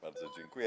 Bardzo dziękuję.